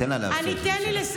לא אכפת לך להגיד.